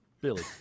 Billy